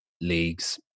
leagues